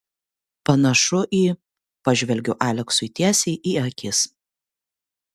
panašu į pažvelgiu aleksui tiesiai į akis